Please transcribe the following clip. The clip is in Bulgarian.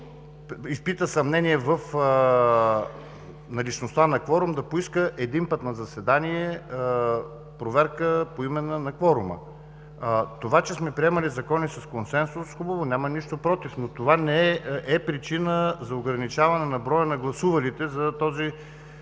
изпита съмнение в наличността на кворума, да поиска един път на заседание поименна проверка на кворума. Това че сме приемали закони с консенсус, хубаво, нямам нищо против, но това не е причина за ограничаване на броя на гласувалите за този